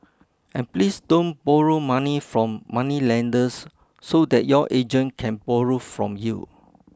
and please don't borrow money from moneylenders so that your agent can borrow from you